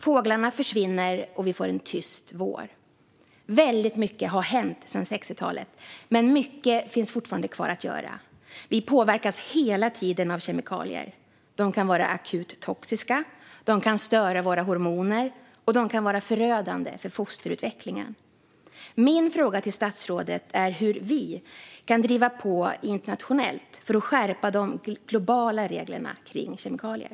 Fåglarna försvinner, och vi får en tyst vår. Väldigt mycket har hänt sedan 1960-talet, men mycket finns fortfarande kvar att göra. Vi påverkas hela tiden av kemikalier. De kan vara akut toxiska, de kan störa våra hormoner och de kan vara förödande för fosterutvecklingen. Min fråga till statsrådet är hur vi kan driva på internationellt för att skärpa de globala reglerna kring kemikalier.